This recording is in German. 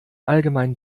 allgemein